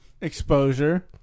exposure